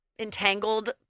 entangled